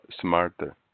smarter